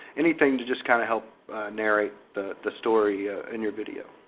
anything to just kind of help narrate the the story in your video.